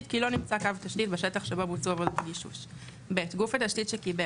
כי לא נמצא קו תשתית בשטח שבו בוצעו עבודות הגישוש; גוף התשתית שקיבל,